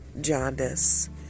jaundice